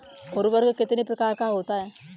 उर्वरक कितने प्रकार का होता है?